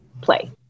play